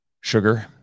sugar